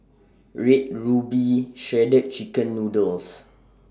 Red Ruby Shredded Chicken Noodles